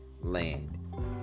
land